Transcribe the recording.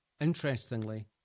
Interestingly